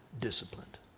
disciplined